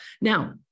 Now